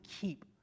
keep